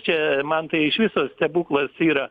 čia man tai iš viso stebuklas yra